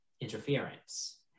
interference